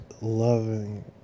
loving